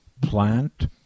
Plant